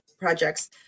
projects